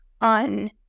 on